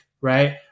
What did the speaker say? right